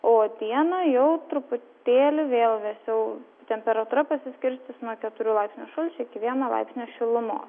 o dieną jau truputėlį vėl vėsiau temperatūra pasiskirstys nuo keturių laipsnių šalčio iki vieno laipsnio šilumos